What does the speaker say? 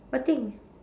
what thing